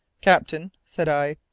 captain, said i,